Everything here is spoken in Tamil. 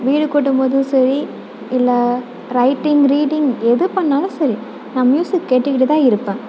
வீடு கூட்டும்போதும் சரி இல்லை ரைட்டிங் ரீடிங் எது பண்ணாலும் சரி நான் மியூசிக் கேட்டுக்கிட்டு தான் இருப்பேன்